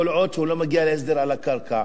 כל עוד הוא לא מגיע להסדר על הקרקע.